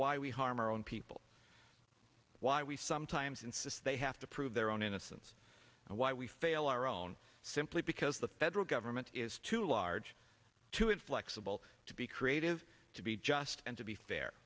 why we harm our own people why we sometimes insist they have to prove their own innocence and why we fail our own simply because the federal government is too large too inflexible to be creative to be just and to be fair